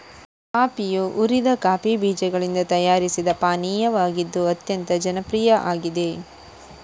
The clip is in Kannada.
ಕಾಫಿಯು ಹುರಿದ ಕಾಫಿ ಬೀಜಗಳಿಂದ ತಯಾರಿಸಿದ ಪಾನೀಯವಾಗಿದ್ದು ಅತ್ಯಂತ ಜನಪ್ರಿಯ ಆಗಿದೆ